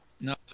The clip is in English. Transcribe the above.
no